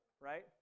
right